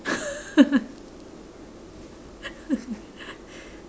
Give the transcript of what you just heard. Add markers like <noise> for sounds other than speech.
<laughs>